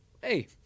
Hey